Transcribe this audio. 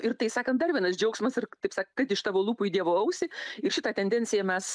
ir tai sakant dar vienas džiaugsmas ir taip sak kad iš tavo lūpų dievo ausį ir šitą tendenciją mes